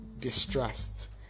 distrust